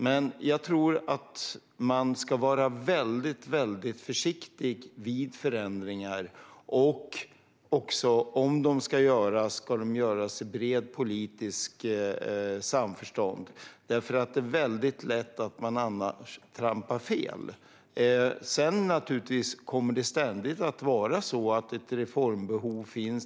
Men jag tror att man ska vara väldigt försiktig vid förändringar, och om de ska göras ska de göras i brett politiskt samförstånd, för det är väldigt lätt att man annars trampar fel. Det kommer naturligtvis ständigt att finnas reformbehov.